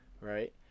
right